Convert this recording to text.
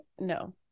no